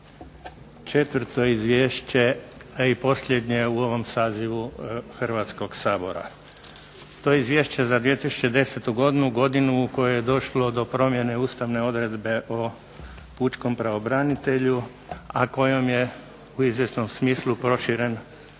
četvrto izvješće, a i posljednje u ovom sazivu Hrvatskoga sabora. To je izvješće za 2010. godinu, godinu u kojoj je došlo do promjene ustavne odredbe o pučkom pravobranitelju, a kojom je u izvjesnom smislu proširen